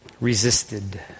resisted